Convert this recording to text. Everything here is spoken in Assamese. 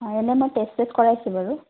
হয় এনেই মই টেষ্ট চেষ্ট কৰাইছোঁ বাৰু